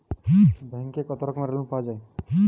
ব্যাঙ্কে কত রকমের লোন পাওয়া য়ায়?